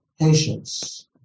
patience